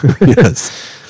Yes